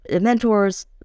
mentors